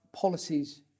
policies